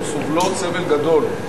והן סובלות סבל גדול.